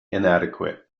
inadequate